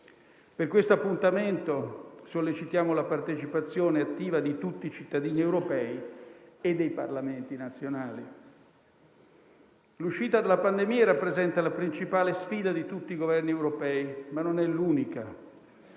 Per questo appuntamento sollecitiamo la partecipazione attiva di tutti i cittadini europei e dei Parlamenti nazionali. L'uscita dalla pandemia rappresenta la principale sfida di tutti i Governi europei, ma non è l'unica,